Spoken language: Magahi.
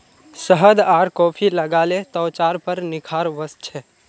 शहद आर कॉफी लगाले त्वचार पर निखार वस छे